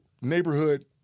neighborhood